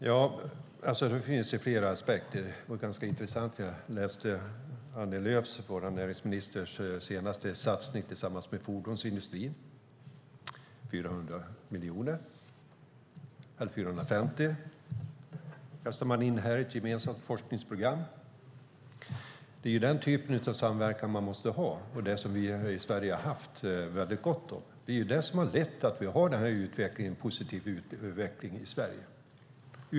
Fru talman! Det finns ju flera aspekter, och det är ganska intressant. Jag läste om vår näringsminister Annie Lööfs senaste satsning tillsammans med fordonsindustrin. 450 miljoner kastar man in i ett gemensamt forskningsprogram. Det är den typen av samverkan man måste ha, och det är det som vi i Sverige har haft väldigt gott om. Det är det som har lett till att vi har en positiv utveckling i Sverige.